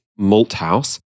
Malthouse